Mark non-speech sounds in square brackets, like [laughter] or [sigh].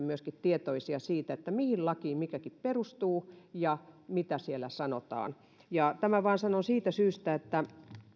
[unintelligible] myöskin tietoisia siitä mihin lakiin mikäkin perustuu ja mitä siellä sanotaan tämän vain sanon siitä syystä että